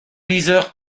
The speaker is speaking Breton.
lizher